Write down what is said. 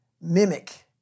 mimic